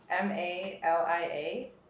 M-A-L-I-A